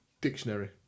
dictionary